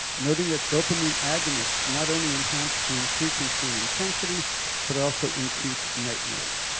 noting that dopamine agonists not only enhance dream frequency in intensity but also increase nightmares.